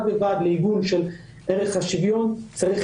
בד בבד עם העיגון של ערך השוויון צריך